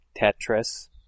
Tetris